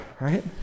right